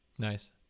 nice